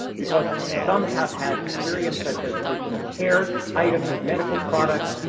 because some have had experiences, such as personal care, items, medical products,